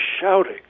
shouting